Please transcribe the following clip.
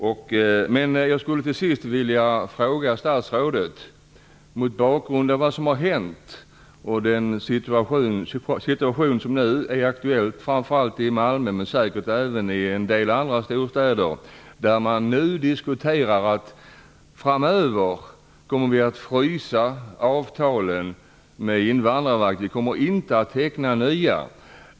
I Malmö, och säkert även i en del andra storstäder, förs det nu en diskussion om att avtalen med Invandrarverket framöver skall frysas. Det kommer inte att tecknas nya.